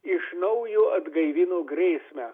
iš naujo atgaivino grėsmę